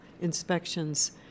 inspections